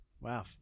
Wow